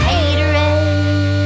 Haterade